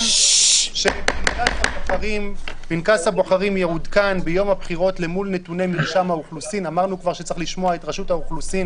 משום שלפי הנוסח המוצע הוא חל על מפלגות שלמעשה כבר עשו את הצעד